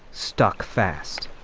stuck fast.